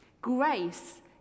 Grace